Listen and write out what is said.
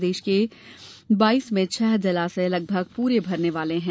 प्रदेश के बाइस में छह जलाशय लगभग पूरा भरने वाले हैं